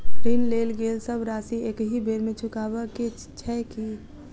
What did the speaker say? ऋण लेल गेल सब राशि एकहि बेर मे चुकाबऽ केँ छै की?